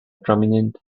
prominent